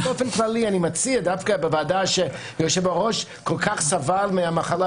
באופן כללי אני מציע דווקא בוועדה שיושב הראש כל כך סבל מהמחלה,